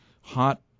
hot